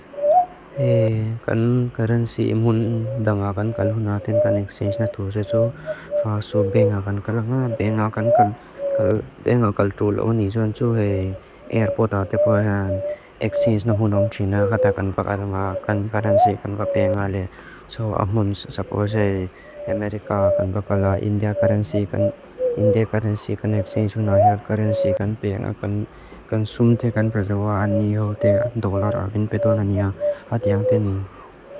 Kan karansi imun danga kan kal huna tin kan exchange na thuze tsu faasu benga kan kal. Nga benga kan kal trul o ni tsu hei airpoda tepo hea. Exchange na huna umtina khata kan baka nga kan karansi kan ka penga le. So amun suppose Amerika kan baka la India karansi kan. India karansi kan exchange huna hea. Karansi kan penga kan. So amun consume tekan prezawaan niyo te dolar agin peto na niya. Hatiaan te ni.